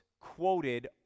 quoted